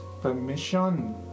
permission